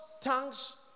tongues